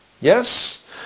Yes